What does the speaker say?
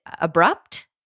abrupt